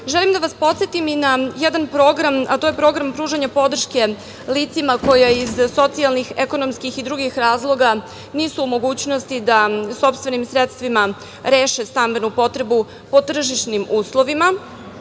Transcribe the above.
da vas podsetim i na jedan program, a to je Program pružanja podrške licima koja iz socijalnih, ekonomskih i drugih razloga nisu u mogućnosti da sopstvenim sredstvima reše stambenu potrebu po tržišnim uslovima,